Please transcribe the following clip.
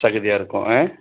சகதியாக இருக்கும் ஆ